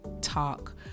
talk